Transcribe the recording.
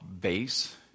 base